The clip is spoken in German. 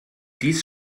dies